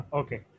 okay